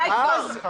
די כבר.